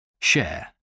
Share